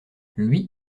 lui